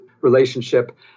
relationship